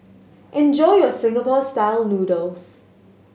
enjoy your Singapore Style Noodles